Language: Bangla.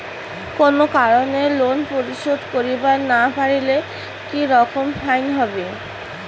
কোনো কারণে লোন পরিশোধ করিবার না পারিলে কি রকম ফাইন হবে?